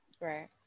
right